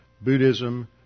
Buddhism